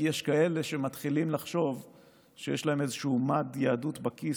כי יש כאלה שמתחילים לחשוב שיש להם איזשהו מד יהדות בכיס,